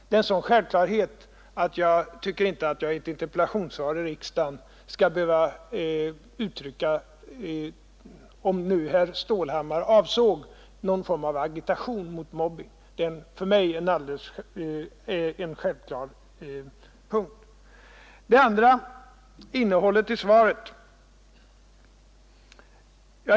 Det är så självklart att jag inte tycker att jag i ett interpellationssvar i riksdagen skall behöva agitera mot mobbning, om nu herr Stålhammar avsåg det. Den andra invändningen gällde innehållet i svaret.